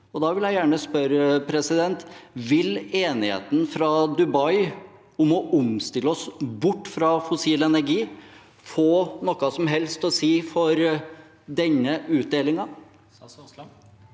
Da vil jeg gjerne spørre: Vil enigheten fra Dubai om å omstille oss bort fra fossil energi få noe som helst å si for den utdelingen?